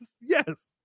yes